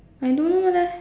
I don't know leh